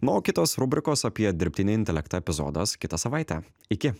na o kitos rubrikos apie dirbtinį intelektą epizodas kitą savaitę iki